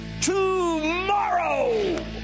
tomorrow